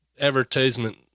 advertisement